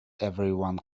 everyone